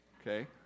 okay